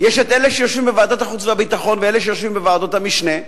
אלה שיושבים בוועדת החוץ והביטחון ואלה שיושבים בוועדות המשנה,